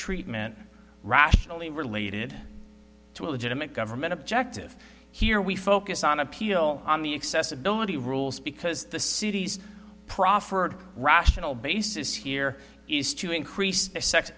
treatment rationally related to a legitimate government objective here we focus on appeal on the excess ability rules because the city's proffered rational basis here is to increase